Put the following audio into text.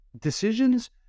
decisions